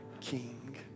king